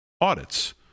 audits